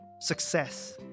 success